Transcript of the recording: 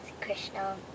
Krishna